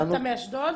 אתה מאשדוד?